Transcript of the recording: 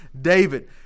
David